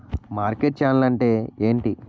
Market channel అంటే ఏంటి?